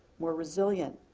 more resilient,